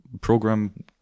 program